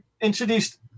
introduced